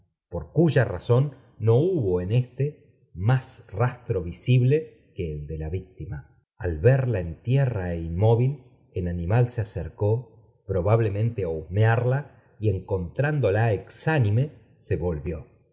por cuya razón no hubo en éste más rastro visible que el de la víctima al verla en tierra é inmóvil el animal se acercó probablemente á husmearla y encontrándola exánime se volvió